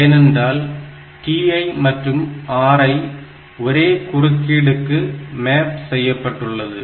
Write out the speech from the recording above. ஏனென்றால் TI மற்றும் RI ஒரே குறுக்கீடுக்கு மேப் செய்யப்பட்டுள்ளது